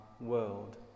world